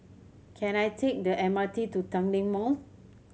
can I take the M R T to Tanglin Mall